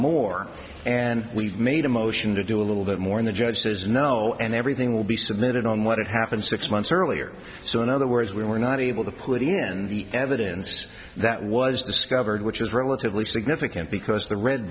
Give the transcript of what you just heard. more and we made a motion to do a little bit more in the judge says no and everything will be submitted on what happened six months earlier so in other words we were not able to put in the evidence that was discovered which is relatively significant because the red